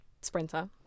sprinter